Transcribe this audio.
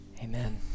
Amen